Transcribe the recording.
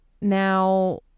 Now